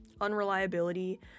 unreliability